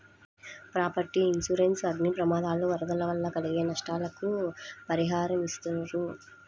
property insurance లో అగ్ని ప్రమాదాలు, వరదలు వల్ల కలిగే నష్టాలకు పరిహారమిస్తారు